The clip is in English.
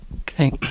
Okay